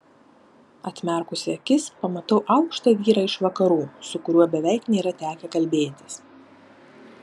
atmerkusi akis pamatau aukštą vyrą iš vakarų su kuriuo beveik nėra tekę kalbėtis